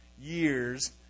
years